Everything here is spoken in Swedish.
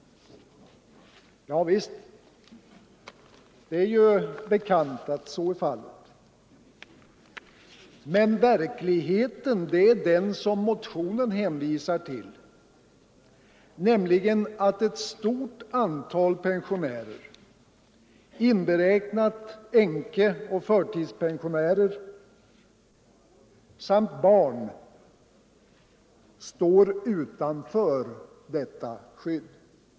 Ja visst, det är ju bekant att så är fallet. Men verkligheten är den som motionen hänvisar till, nämligen att ett stort antal pensionärer, inberäknat änkeoch förtidspensionärer, samt barn står utanför detta skydd.